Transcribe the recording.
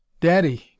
Daddy